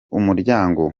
umuryango